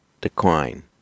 decline